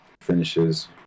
finishes